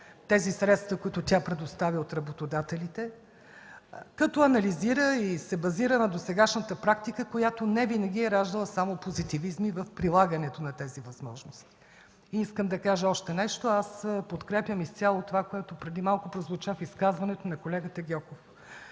средствата, които тя предоставя от работодателите, като анализира и се базира на досегашната практика, която не винаги е раждала само позитивност в прилагането на тези възможности. Подкрепям изцяло това, което преди малко прозвуча в изказването на колегата Гьоков.